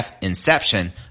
inception